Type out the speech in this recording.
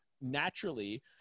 naturally